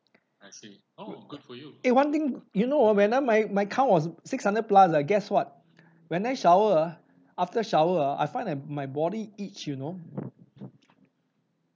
eh one thing you know ah when ah my my count was six hundred plus ah guess what when I shower ah after shower ah I find that my body itch you know